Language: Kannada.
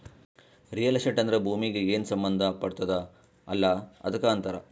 ರಿಯಲ್ ಎಸ್ಟೇಟ್ ಅಂದ್ರ ಭೂಮೀಗಿ ಏನ್ ಸಂಬಂಧ ಪಡ್ತುದ್ ಅಲ್ಲಾ ಅದಕ್ ಅಂತಾರ್